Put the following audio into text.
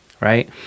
right